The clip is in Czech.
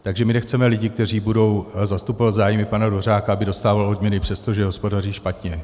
Takže my nechceme lidi, kteří budou zastupovat zájmy pana Dvořáka, aby dostával odměny, přestože hospodaří špatně.